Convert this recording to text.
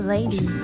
Lady